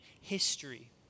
history